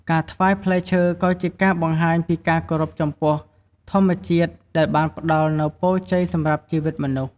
ការថ្វាយផ្លែឈើក៏ជាការបង្ហាញពីការគោរពចំពោះធម្មជាតិដែលបានផ្តល់នូវពរជ័យសម្រាប់ជីវិតមនុស្ស។